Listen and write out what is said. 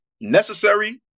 necessary